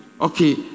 okay